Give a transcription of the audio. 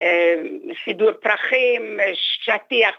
סידור פרחים, שטיח.